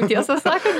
tiesą sakant